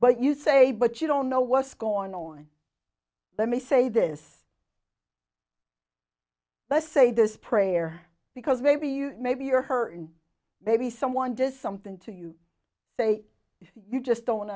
but you say but you don't know what's going on let me say this let's say this prayer because maybe you maybe you're her maybe someone does something to you say you just don't